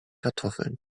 kartoffeln